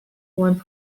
one